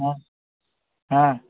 हं हा